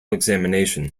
examination